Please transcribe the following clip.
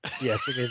Yes